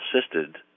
assisted